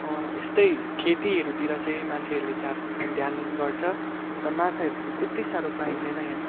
यस्तै खेतीहरूतिर चाहिँ मान्छेहरूले ध्यान ध्यान गर्छ अन्त माछाहरू चाहिँ त्यत्ति साह्रो पाइँदैन यहाँ